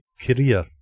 career